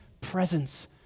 presence